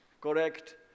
Correct